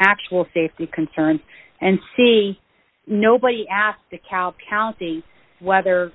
actual safety concerns and see nobody asked dekalb county whether